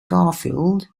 garfield